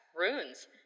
runes